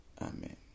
amen